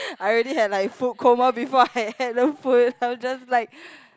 I already had like food coma before I had the food I was just like